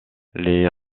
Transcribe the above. les